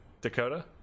Dakota